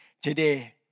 today